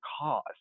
cause